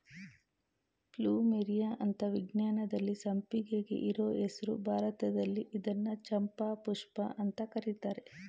plumeria ಅಂತ ವಿಜ್ಞಾನದಲ್ಲಿ ಸಂಪಿಗೆಗೆ ಇರೋ ಹೆಸ್ರು ಭಾರತದಲ್ಲಿ ಇದ್ನ ಚಂಪಾಪುಷ್ಪ ಅಂತ ಕರೀತರೆ